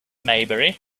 maybury